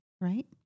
right